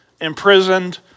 imprisoned